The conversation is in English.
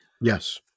Yes